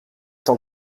tant